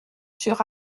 sur